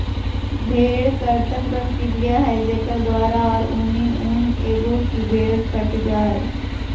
भेड़ कर्तन प्रक्रिया है जेकर द्वारा है ऊनी ऊन एगो की भेड़ कट जा हइ